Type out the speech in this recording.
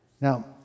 Now